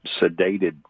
sedated